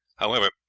however,